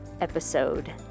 episode